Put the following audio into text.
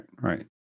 right